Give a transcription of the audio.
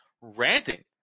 ranting